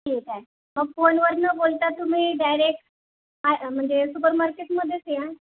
ठीक आहे मग फोनवर न बोलता तुम्ही डायरेक्ट म्हणजे सुपर मार्केटमध्येच या